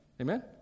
Amen